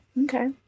Okay